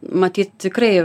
matyt tikrai